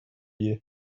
you